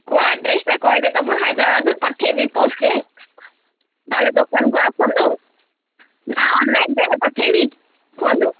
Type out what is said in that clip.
କୋଉ ଆଡ୍ରେସ୍ଟା କହିଲେ ତ ମୁଁ ହାଇଦ୍ରାବାଦ ପଠେଇବି ପୋଷ୍ଟ୍ରେ ନହେଲେ ଦୋକାନକୁ ଆସନ୍ତୁ ନା ଅନଲାଇନ୍ରେ ପଠେଇବି କୁହନ୍ତୁ